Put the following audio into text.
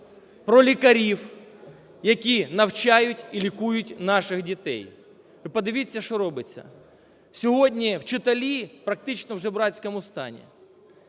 про лікарів, які навчають і лікують наших дітей. Ви подивіться, що робиться. Сьогодні вчителі практично в жебрацькому стані.